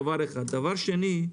דבר שני,